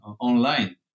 online